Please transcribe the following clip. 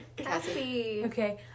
Okay